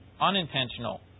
unintentional